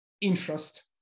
interest